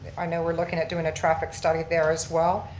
i know we're looking at doing a traffic study there as well,